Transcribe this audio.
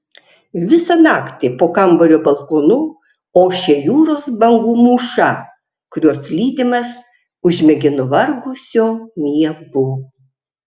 visą naktį po kambario balkonu ošia jūros bangų mūša kurios lydimas užmiegi nuvargusio miegu